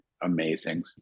amazing